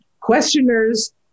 questioners